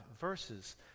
verses